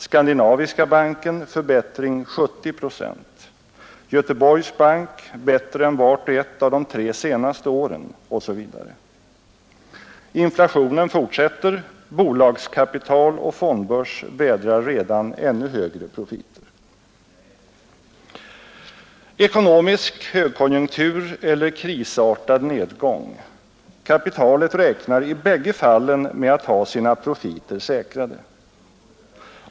Skandinaviska banken: förbättring 70 procent. Göteborgs bank: bättre än vart och ett av de tre senaste åren, osv. Inflationen fortsätter. Bolagskapital och fondbörs vädrar redan ännu högre profiter. Ekonomisk högkonjunktur eller krisartad nedgång — kapitalet räknar i bägge fallen med att ha sina profiter säkrade.